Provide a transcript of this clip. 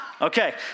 Okay